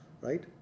right